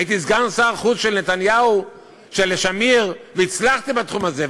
הייתי סגן שר החוץ של שמיר והצלחתי בתחום הזה,